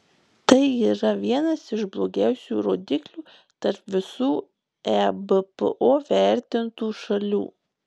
tai yra vienas iš blogiausių rodiklių tarp visų ebpo vertintų šalių